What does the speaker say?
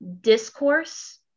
discourse